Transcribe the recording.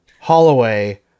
Holloway